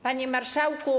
Panie Marszałku!